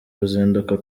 ruzinduko